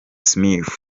smith